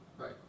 right